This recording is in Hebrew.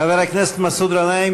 חבר הכנסת מסעוד גנאים,